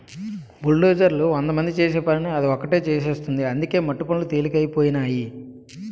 బుల్డోజర్లు వందమంది చేసే పనిని అది ఒకటే చేసేస్తుంది అందుకే మట్టి పనులు తెలికైపోనాయి